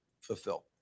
fulfill